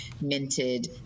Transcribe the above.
minted